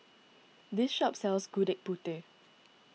this shop sells Gudeg Putih